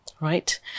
Right